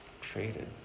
Traded